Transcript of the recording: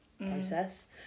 process